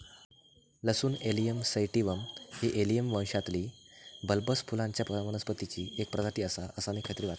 लसूण allium sativum ही allium वंशातील बल्बस फुलांच्या वनस्पतीची एक प्रजाती आसा, असा मी खयतरी वाचलंय